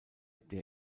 der